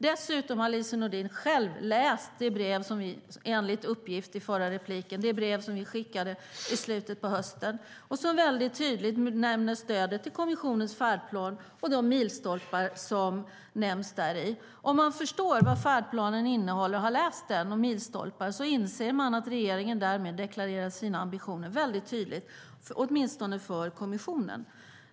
Dessutom har Lise Nordin enligt uppgift i förra inlägget själv läst det brev som vi skickade i slutet på hösten och som tydligt nämner stödet till kommissionens färdplan och de milstolpar som beskrivs däri. Om man förstår vad färdplanen och milstolparna innehåller och har läst det inser man att regeringen därmed deklarerar sina ambitioner väldigt tydligt, åtminstone för kommissionen.